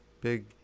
Big